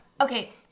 Okay